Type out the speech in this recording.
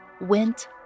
went